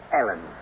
Ellen